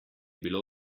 bilo